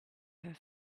her